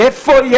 למה?